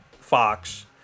Fox